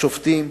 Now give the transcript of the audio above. השופטים,